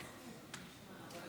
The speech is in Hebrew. כבוד